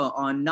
on